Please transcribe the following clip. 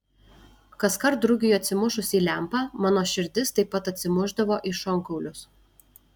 kaskart drugiui atsimušus į lempą mano širdis taip pat atsimušdavo į šonkaulius